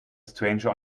stranger